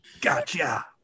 Gotcha